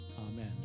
Amen